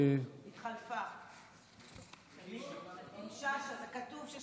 היא התחלפה עם שאשא.